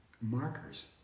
markers